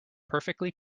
perfectly